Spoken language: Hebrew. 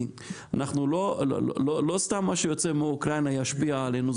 אנחנו לא סתם מה שיוצא מאוקראינה ישפיע עלינו,